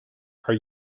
are